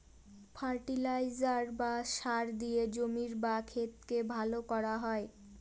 fertiliser বা সার দিয়ে জমির বা ক্ষেতকে ভালো করা হয়